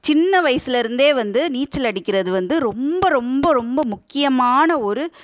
சின்ன வயசுலேயிருந்தே வந்து நீச்சல் அடிக்கிறது வந்து ரொம்ப ரொம்ப ரொம்ப முக்கியமான ஒரு